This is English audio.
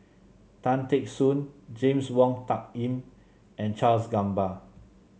Tan Teck Soon James Wong Tuck Yim and Charles Gamba